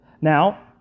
Now